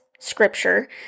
scripture